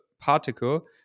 particle